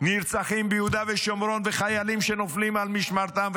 נרצחים ביהודה ושומרון וחיילים וחיילות שנופלים על משמרתם,